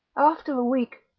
after a week,